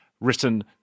written